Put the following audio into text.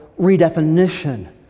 redefinition